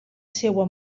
seua